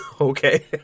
Okay